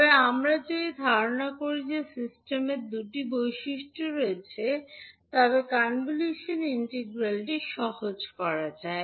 তবে আমরা যদি ধারণা করি যে সিস্টেমের দুটি বৈশিষ্ট্য রয়েছে তবে কনভলিউশন ইন্টিগ্রালটি সহজ করা যায়